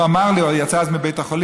הוא יצא אז מבית החולים,